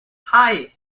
hei